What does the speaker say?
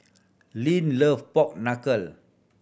Lyn love pork knuckle